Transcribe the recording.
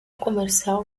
comercial